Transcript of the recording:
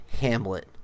Hamlet